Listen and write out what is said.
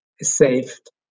saved